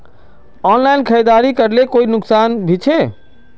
Online खरीदारी करले कोई नुकसान भी छे?